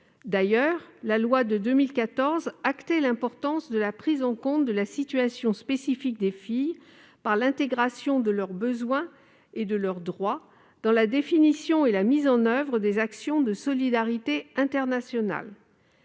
naissance. La loi de 2014 actait ainsi l'importance de la prise en compte de la situation spécifique des filles par l'intégration de leurs besoins et de leurs droits dans la définition et la mise en oeuvre des actions de solidarité internationale.